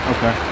Okay